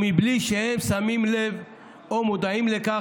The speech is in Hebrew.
או בלי שהם שמים לב או מודעים לכך,